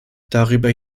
darüber